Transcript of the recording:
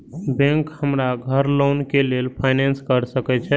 Bank हमरा घर loan के लेल फाईनांस कर सके छे?